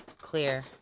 clear